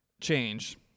change